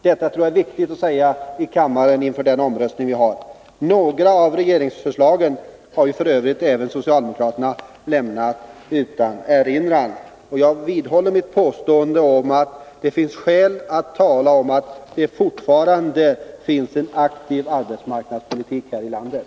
Detta tror jag är viktigt att säga i kammaren inför den omröstning som vi skall ha. Några av regeringens förslag har ju f.ö. även socialdemokraterna lämnat utan erinran. Och jag vidhåller mitt påstående att det finns skäl att säga att det fortfarande förs en aktiv arbetsmarknadspolitik här i landet.